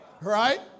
Right